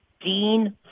Dean